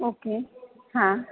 okay હા